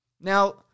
Now